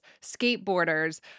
skateboarders